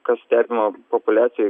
kas stebima populiacijoj